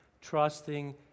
trusting